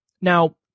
Now